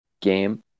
game